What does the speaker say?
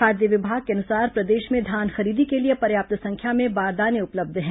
खाद्य विभाग के अनुसार प्रदेश में धान खरीदी के लिए पर्याप्त संख्या में बारदाने उपलब्ध है